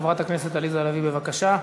חברת הכנסת עליזה לביא, בבקשה.